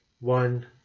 one